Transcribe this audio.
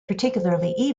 particularly